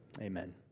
Amen